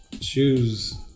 shoes